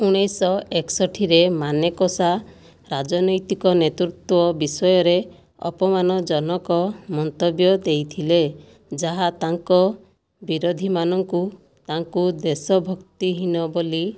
ଉଣେଇଶ ଏକଷଠିରେ ମାନେକ ଶ ରାଜନୈତିକ ନେତୃତ୍ୱ ବିଷୟରେ ଅପମାନଜନକ ମନ୍ତବ୍ୟ ଦେଇଥିଲେ ଯାହା ତାଙ୍କ ବିରୋଧୀ ମାନଙ୍କୁ ତାଙ୍କୁ ଦେଶଭକ୍ତି ହୀନ ବୋଲି